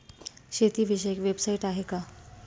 शेतीविषयक वेबसाइट आहे का?